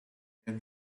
can